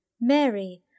Mary